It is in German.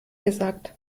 gesagt